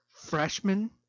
Freshman